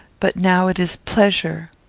but now it is pleasure.